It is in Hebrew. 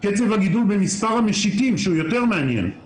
קצב הגידול במספר המשיטים, הוא יותר מעניין כי